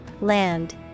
Land